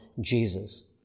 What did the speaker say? Jesus